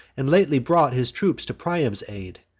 and lately brought his troops to priam's aid,